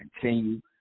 continue